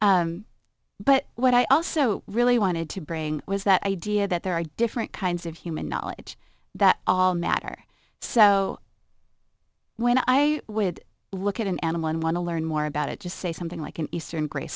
but what i also really wanted to bring was that idea that there are different kinds of human knowledge that all matter so when i would look at an animal and want to learn more about it just say something like an eastern gra